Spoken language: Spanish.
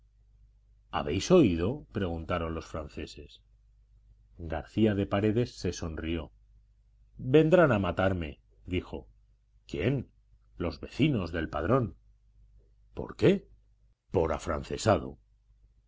habéis oído preguntaron los franceses garcía de paredes se sonrió vendrán a matarme dijo quién los vecinos del padrón por qué por afrancesado